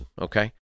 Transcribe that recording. okay